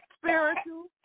spiritual